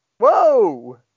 Whoa